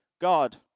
God